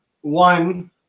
One